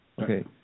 Okay